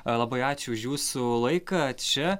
labai ačiū už jūsų laiką čia